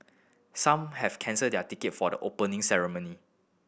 some have cancelled their ticket for the Opening Ceremony